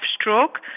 stroke